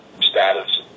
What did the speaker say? status